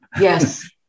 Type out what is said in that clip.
Yes